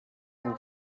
who